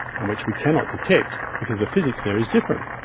and which we cannot detect because the physics there is different.